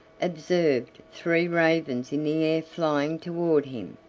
observed three ravens in the air flying toward him.